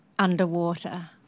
underwater